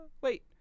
Wait